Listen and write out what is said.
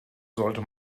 sollte